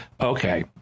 Okay